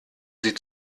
sie